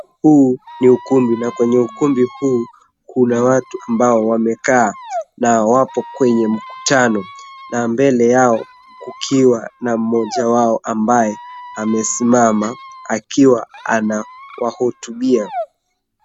Huu ni ukumbi na kwenye ukumbi huu kuna watu ambao wamekaa na wapo kwenye mkutano na mbele yao kukiwa na mmoja wao ambaye amesimama akiwa anawahutubia.